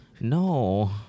No